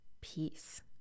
peace